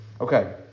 Okay